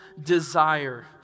desire